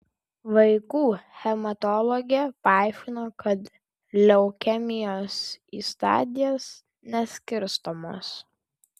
vaikų hematologė paaiškino kad leukemijos į stadijas neskirstomos